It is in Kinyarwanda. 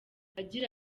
agira